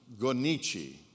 Gonichi